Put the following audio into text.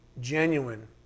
genuine